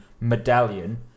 medallion